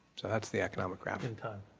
so that's the economic graph. in time.